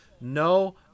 no